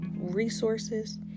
resources